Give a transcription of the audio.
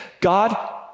God